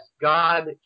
God